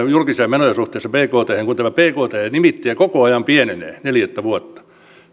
julkisia menoja suhteessa bkthen kun tämä bkt nimittäjä koko ajan pienenee neljättä vuotta